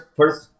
first